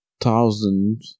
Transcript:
thousand